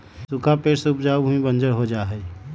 सूखा पड़े से उपजाऊ भूमि बंजर हो जा हई